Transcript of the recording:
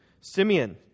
Simeon